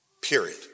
Period